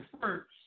first